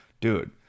dude